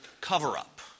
cover-up